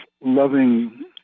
loving